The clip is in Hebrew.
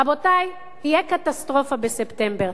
רבותי, תהיה קטסטרופה בספטמבר.